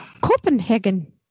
Copenhagen